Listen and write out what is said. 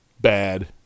bad